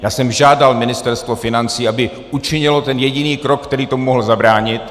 Já jsem žádal Ministerstvo financí, aby učinilo ten jediný krok, který tomu mohl zabránit.